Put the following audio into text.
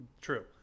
True